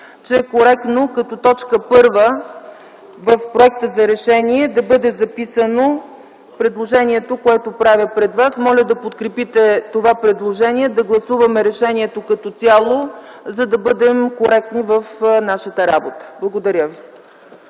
че е коректно като т. 1 в проекта за решение да бъде записано предложението, което правя пред вас. Моля да подкрепите това предложение – да гласуваме решението като цяло, за да бъдем коректни в нашата работа. Благодаря ви.